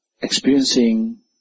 experiencing